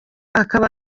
akaba